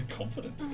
confident